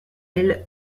elle